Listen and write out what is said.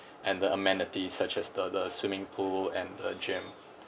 and the amenities such as the the swimming pool and the gym